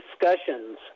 discussions